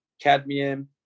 cadmium